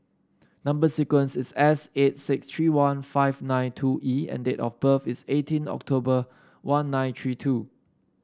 number sequence is S eight six three one five nine two E and date of birth is eighteen October one nine three two